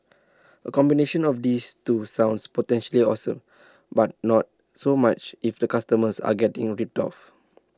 A combination of this two sounds potentially awesome but not so much if the customers are getting ripped off